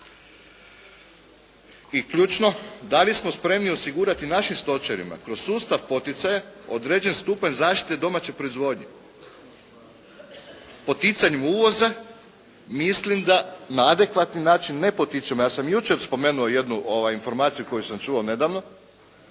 I ključno, da li smo spremni osigurati našim stočarima kroz sustav poticaja, određen stupanj zaštite domaće proizvodnje. Poticanjem uvoza, mislim da na adekvatni način ne potiču nas, ja sam jučer spomenuo jednu informaciju koju sam čuo nedavno.